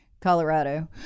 Colorado